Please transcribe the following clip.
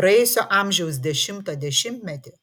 praėjusio amžiaus dešimtą dešimtmetį